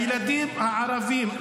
לילדים הערבים,